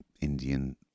Indian